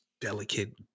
delicate